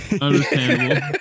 Understandable